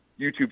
YouTube